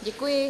Děkuji.